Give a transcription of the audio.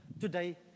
Today